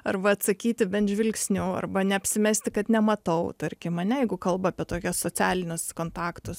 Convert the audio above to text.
arba atsakyti bent žvilgsniu arba neapsimesti kad nematau tarkim ane jeigu kalba apie tokias socialines kontaktus